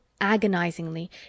agonizingly